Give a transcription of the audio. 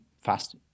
fast